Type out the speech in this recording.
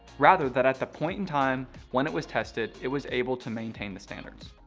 rather that at the point in time when it was tested it was able to maintain the standards.